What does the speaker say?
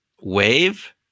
Wave